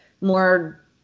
more